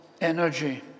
energy